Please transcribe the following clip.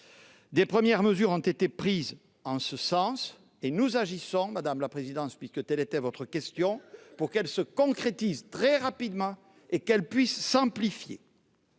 Des premières mesures ont été prises en ce sens, et nous agissons, madame la présidente Assassi, puisque telle était votre question, pour qu'elles se concrétisent très rapidement et qu'elles puissent s'amplifier.